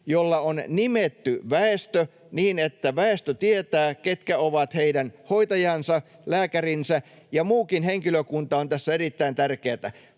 jolla on nimetty väestö niin, että väestö tietää, ketkä ovat heidän hoitajansa, lääkärinsä, ja muukin henkilökunta on tässä erittäin tärkeätä.